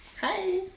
Hi